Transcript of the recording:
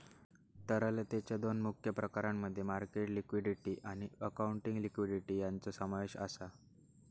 तरलतेच्या दोन मुख्य प्रकारांमध्ये मार्केट लिक्विडिटी आणि अकाउंटिंग लिक्विडिटी यांचो समावेश आसा